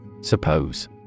Suppose